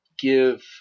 give